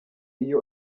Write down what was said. iyo